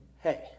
Hey